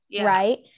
Right